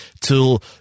till